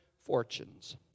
fortunes